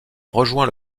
rejoint